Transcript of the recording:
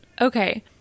Okay